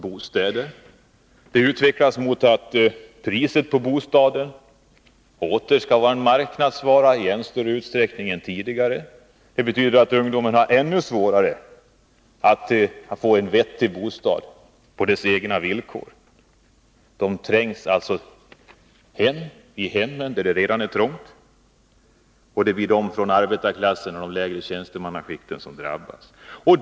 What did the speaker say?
Bostadspolitiken utvecklas mot att en bostad åter skall bli en marknadsvara och i än större utsträckning än tidigare. Det betyder att ungdomarna får ännu svårare att erhålla en vettig bostad på sina egna villkor. Ungdomarna trängs i hemmen, där det redan är trångt. Ungdomarna från arbetarklassen och de lägre tjänstemannaskikten drabbas.